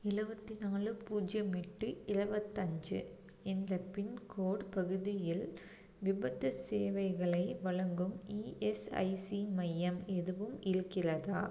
எழுபத்தி நாலு பூஜ்ஜியம் எட்டு இருபத்தஞ்சு என்ற பின்கோடு பகுதியில் விபத்துச் சேவைகளை வழங்கும் இஎஸ்ஐசி மையம் எதுவும் இருக்கிறதா